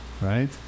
right